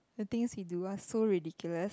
the things he do are so ridiculous